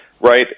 right